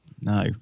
No